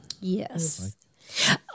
Yes